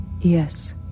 Yes